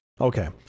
Okay